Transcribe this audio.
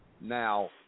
now